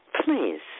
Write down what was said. Please